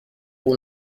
اون